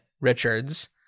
Richards